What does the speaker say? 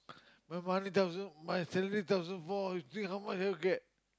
my money tells her my salary tells her four you think how much I get